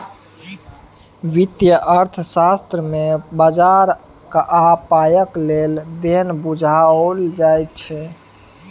वित्तीय अर्थशास्त्र मे बजार आ पायक लेन देन बुझाओल जाइत छै